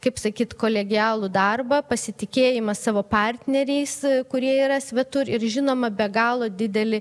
kaip sakyt kolegialų darbą pasitikėjimas savo partneriais kurie yra svetur ir žinoma be galo didelį